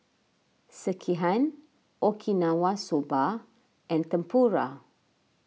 Sekihan Okinawa Soba and Tempura